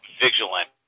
vigilant